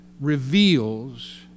reveals